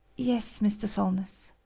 yes, mr. solness.